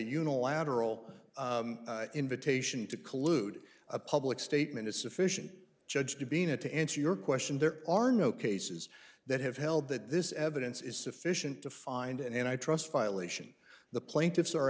unilateral invitation to collude a public statement is sufficient judge to bean it to answer your question there are no cases that have held that this evidence is sufficient to find and i trust file ation the plaintiffs are